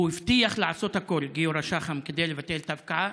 גיורא שחם הבטיח לעשות הכול כדי לבטל את ההפקעה,